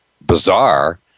bizarre